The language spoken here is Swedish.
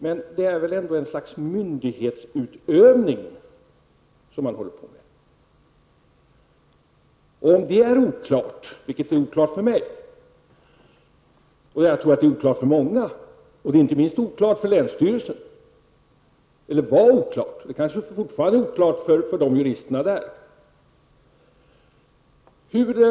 Men det är väl ändå ett slags myndighetsutövning som man håller på med. Det är i varje fall oklart för mig hur det förhåller sig, och jag tror att det är oklart för många andra också, inte minst för länsstyrelsen. I varje fall var det tidigare oklart för länsstyrelsen hur det här förhöll sig. Kanske råder det fortfarande oklarhet bland juristerna beträffande den här punkten.